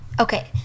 Okay